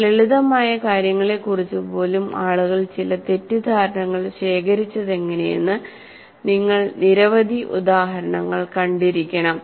ചില ലളിതമായ കാര്യങ്ങളെക്കുറിച്ച് പോലും ആളുകൾ ചില തെറ്റിദ്ധാരണകൾ ശേഖരിച്ചതെങ്ങനെയെന്ന് നിങ്ങൾ നിരവധി ഉദാഹരണങ്ങൾ കണ്ടിരിക്കണം